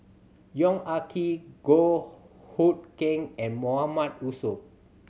Yong Ah Kee Goh Hood Keng and Mahmood Yusof